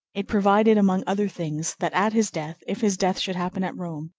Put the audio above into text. it provided, among other things, that at his death, if his death should happen at rome,